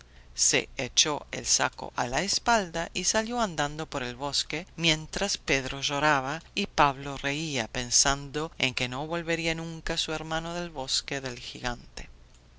se echó el saco a la espalda y salió andando por el bosque mientras pedro lloraba y pablo reía pensando en que no volvería nunca su hermano del bosque del gigante